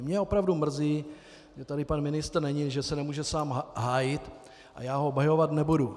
Mě opravdu mrzí, že tady pan ministr není, že se nemůže sám hájit, a já ho obhajovat nebudu.